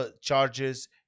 charges